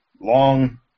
long